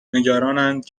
نگرانند